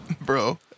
Bro